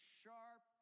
sharp